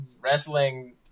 wrestling